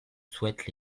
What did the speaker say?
souhaitent